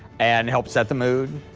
and help set the mood,